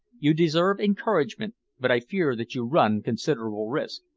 you deserve encouragement but i fear that you run considerable risk.